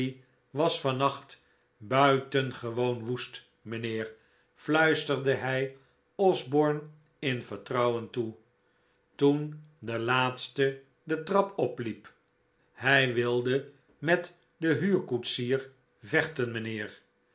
was van nacht buitengewoon woest mijnheer fluisterde hij osborne in vertrouwen toe toen de laatste de trap opliep hij wilde met den huurkoetsier vechten mijnheer